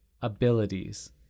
abilities